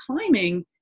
climbing